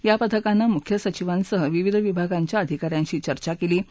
या पथकानं मुख्य सचिवांसह विविध विभागांच्या अधिका यांशी चर्चा कल्वी